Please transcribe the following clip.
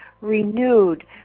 renewed